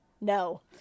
No